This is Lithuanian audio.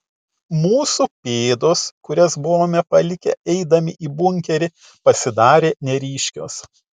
mūsų pėdos kurias buvome palikę eidami į bunkerį pasidarė neryškios